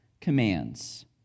commands